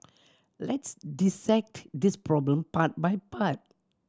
let's dissect this problem part by part